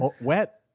wet